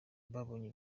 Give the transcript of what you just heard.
babonye